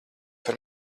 par